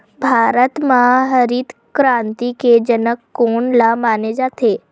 भारत मा हरित क्रांति के जनक कोन ला माने जाथे?